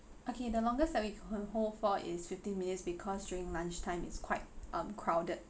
okay the longest that we can hold for is fifteen minutes because during lunchtime is quite um crowded